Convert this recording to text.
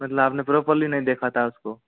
मतलब आपने पूरा नहीं देखा था उसको